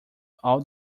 all